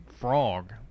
Frog